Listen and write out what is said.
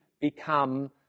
become